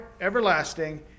everlasting